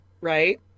right